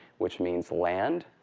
which means land.